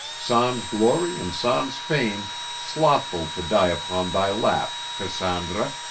sans glory and sans fame slothful to die upon thy lap, cassandra.